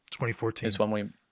2014